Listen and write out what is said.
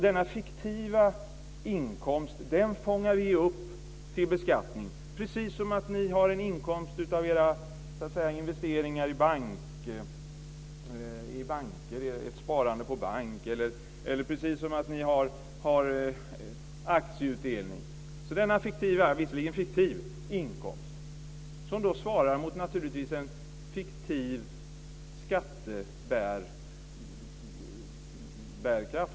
Denna fiktiva inkomst fångar vi upp till beskattning, precis som gäller när ni får en inkomst av ett sparande på bank eller som när ni får aktieutdelning. Denna visserligen fiktiva inkomst svarar naturligtvis mot en fiktiv skatteförmåga.